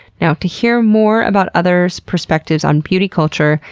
now, to hear more about others' perspectives on beauty culture,